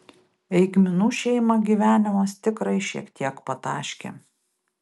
eigminų šeimą gyvenimas tikrai šiek tiek pataškė